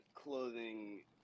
clothing